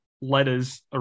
letters